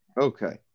Okay